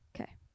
Okay